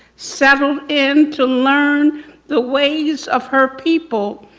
settled in to learn the ways of her people,